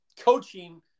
coaching